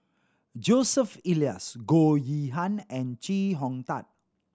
Joseph Elias Goh Yihan and Chee Hong Tat